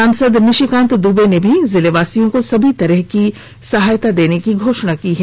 सांसद निशिकांत दुबे ने भी जिले वासियों को सभी तरह की सहायता देने की घोषणा की है